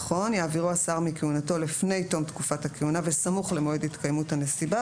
יעבירו השר מכהונתו לפני תום תקופת הכהונה וסמוך למועד התקיימות הנסיבה,